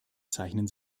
zeichnen